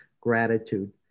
gratitude